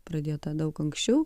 pradėta daug anksčiau